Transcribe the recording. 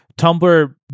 Tumblr